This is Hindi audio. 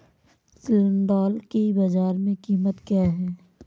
सिल्ड्राल की बाजार में कीमत क्या है?